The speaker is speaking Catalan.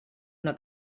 una